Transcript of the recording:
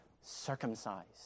circumcised